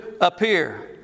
appear